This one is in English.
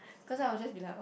cause I would just be like oh